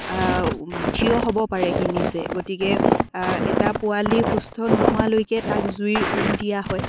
থিয় হ'ব পাৰে সি নিজে গতিকে এটা পোৱালি সুস্থ নোহোৱালৈকে তাক জুইৰ উম দিয়া হয়